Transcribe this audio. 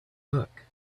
book